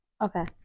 Okay